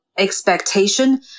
expectation